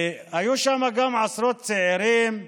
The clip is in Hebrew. והיו שם גם עשרות צעירים,